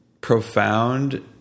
profound